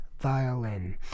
violin